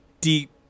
deep